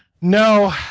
No